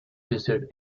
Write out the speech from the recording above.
wizard